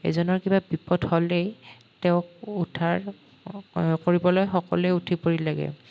এজনৰ কিবা বিপদ হ'লেই তেওঁক উদ্ধাৰ কৰিবলৈ সকলোৱে উঠি পৰি লাগে